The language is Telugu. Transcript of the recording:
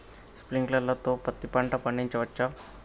స్ప్రింక్లర్ తో పత్తి పంట పండించవచ్చా?